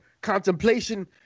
contemplation